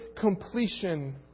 completion